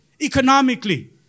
economically